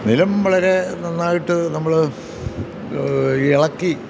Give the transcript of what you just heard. നിലം വളരെ നന്നായിട്ട് നമ്മൾ ഇളക്കി